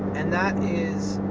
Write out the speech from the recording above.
and that is,